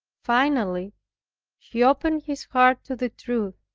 finally he opened his heart to the truth,